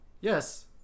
Yes